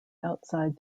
outside